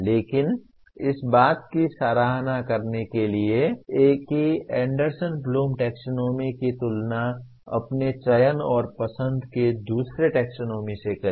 लेकिन इस बात की सराहना करने के लिए कि एंडरसन ब्लूम टैक्सोनॉमी की तुलना अपने चयन पसंद के दूसरे टैक्सोनॉमी से करें